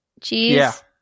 cheese